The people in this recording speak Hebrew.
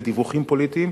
לדיווחים פוליטיים.